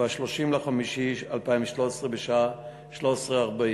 ב-30 במאי 2013, בשעה 13:40,